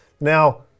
Now